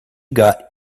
got